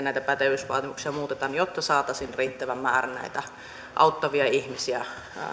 näitä pätevyysvaatimuksia muutetaan jotta saataisiin riittävä määrä näitä auttavia ihmisiä